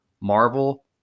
Marvel